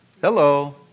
Hello